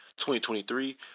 2023